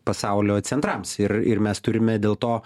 pasaulio centrams ir ir mes turime dėl to